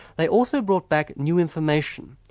they also brought back new information,